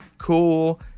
Cool